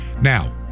Now